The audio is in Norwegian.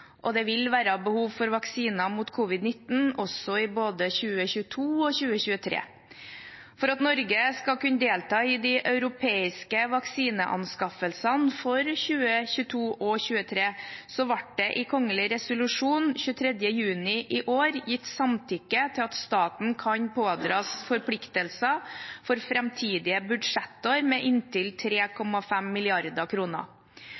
og det vil være behov for vaksiner mot covid-19 i både 2022 og 2023. For at Norge skulle kunne delta i de europeiske vaksineanskaffelsene for 2022 og 2023, ble det i kongelig resolusjon 23. juni i år gitt samtykke til at staten kan pådras forpliktelser for framtidige budsjettår med inntil